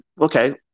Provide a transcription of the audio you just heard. okay